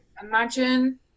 imagine